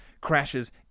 crashes